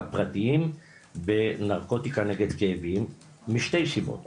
פרטיים בנרקוטיקה נגד כאבים משתי סיבות,